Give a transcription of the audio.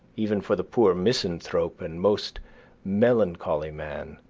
even for the poor misanthrope and most melancholy man.